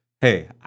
Hey